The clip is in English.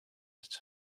its